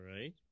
right